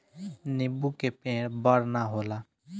नीबू के पेड़ बड़ ना होला